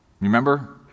Remember